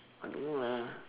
I don't know lah